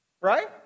Right